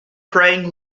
praying